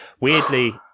Weirdly